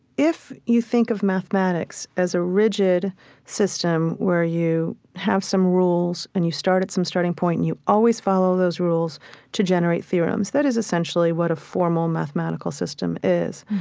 if you think of mathematics as a rigid system where you have some rules and you start at some starting point and you always follow those rules to generate theorems, thats is essentially what a formal mathematical system is.